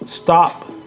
Stop